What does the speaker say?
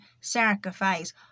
sacrifice